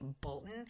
Bolton